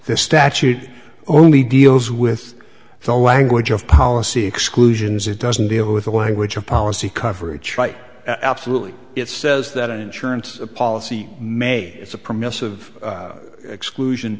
this statute only deals with the language of policy exclusions it doesn't deal with the language of policy coverage right absolutely it says that an insurance policy may it's a permissive exclusion